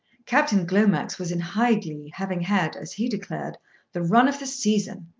captain glomax was in high glee, having had as he declared the run of the season.